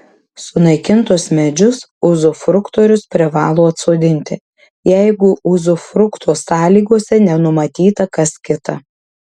sunaikintus medžius uzufruktorius privalo atsodinti jeigu uzufrukto sąlygose nenumatyta kas kita